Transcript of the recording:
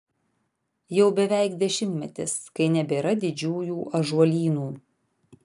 jau beveik dešimtmetis kai nebėra didžiųjų ąžuolynų